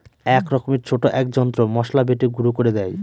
এক রকমের ছোট এক যন্ত্র মসলা বেটে গুঁড়ো করে দেয়